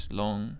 long